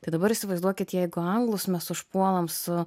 tai dabar įsivaizduokit jeigu anglus mes užpuolam su